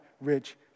rich